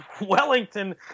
wellington